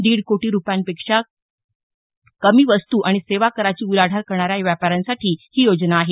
दीड कोटी रूपयांपेक्षा कमी वस्तु आणि सेवा कराची उलाढाल करणाऱ्या व्यापाऱ्यांसाठी ही योजना आहे